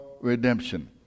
redemption